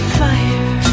fire